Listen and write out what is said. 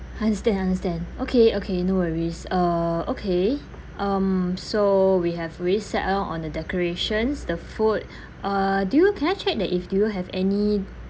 understand understand okay okay no worries uh okay um so we have already set out on the decorations the food uh do you can I check that if do you have any